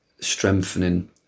strengthening